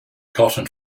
cotton